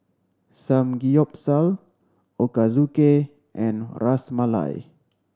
Samgeyopsal Ochazuke and Ras Malai